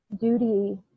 duty